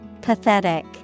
Pathetic